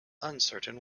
uncertain